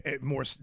more